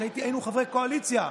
כשהיינו חברי קואליציה,